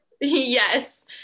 Yes